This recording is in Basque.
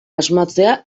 asmatzea